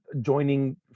joining